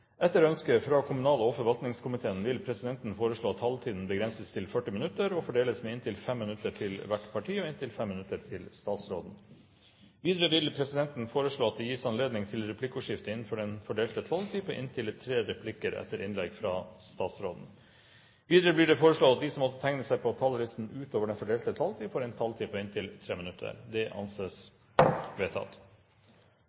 inntil 5 minutter til statsråden. Videre vil presidenten foreslå at det gis anledning til replikkordskifte på inntil tre replikker med svar etter innlegget fra statsråden innenfor den fordelte taletid. Videre blir det foreslått at de som måtte tegne seg på talerlisten utover den fordelte taletid, får en taletid på inntil 3 minutter. – Det anses